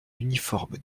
uniforme